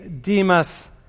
Demas